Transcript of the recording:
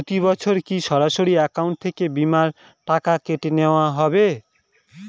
প্রতি বছর কি সরাসরি অ্যাকাউন্ট থেকে বীমার টাকা কেটে নেওয়া হবে?